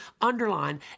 underline